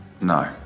No